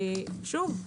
שוב,